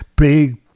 big